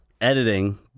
editing